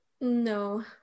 No